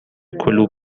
کلوب